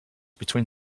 between